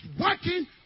working